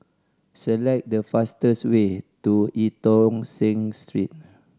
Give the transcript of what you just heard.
select the fastest way to Eu Tong Sen Street